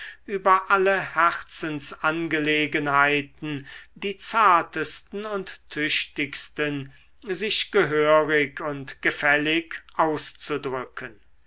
über alle herzensangelegenheiten die zartesten und tüchtigsten sich gehörig und gefällig auszudrücken